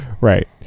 Right